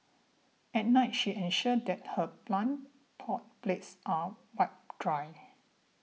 at night she ensures that her plant pot plates are wiped dry